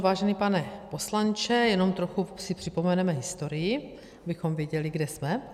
Vážený pane poslanče, jenom trochu si připomeneme historii, abychom věděli, kde jsme.